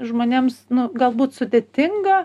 žmonėms nu galbūt sudėtinga